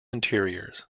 interiors